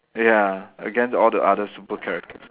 ya against all the other super characters